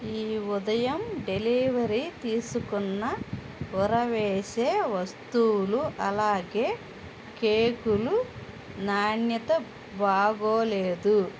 ఈ ఉదయం డెలీవరీ తీసుకున్న ఉరవేసే వస్తువులు అలాగే కేకులు నాణ్యత బాగోలేదు